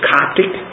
Coptic